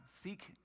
seek